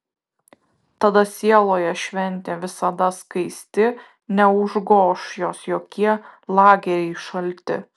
tada sieloje šventė visada skaisti neužgoš jos jokie lageriai šalti